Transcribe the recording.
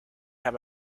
have